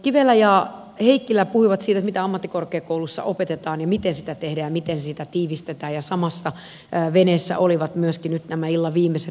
kivelä ja heikkilä puhuivat siitä mitä ammattikorkeakouluissa opetetaan ja miten sitä tehdään ja miten sitä tiivistetään ja samassa veneessä olivat myöskin nyt nämä illan viimeiset puhujat